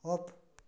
off